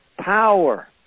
Power